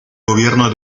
gobierno